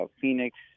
Phoenix